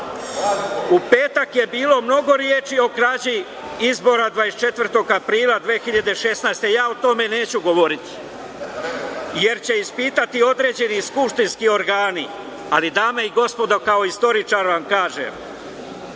petak je bilo mnogo reči o krađi izbora 24. aprila 2016. godine. Ja o tome neću govoriti jer će ispitati određeni skupštinski organi. Dame i gospodo, kao istoričar vam kažem,